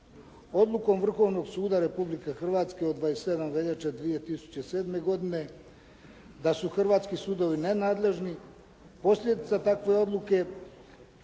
Odlukom Vrhovnog suda Republike Hrvatske od 27. veljače 2007. godine, da su hrvatski sudovi nenadležni, posljedica takve odluke,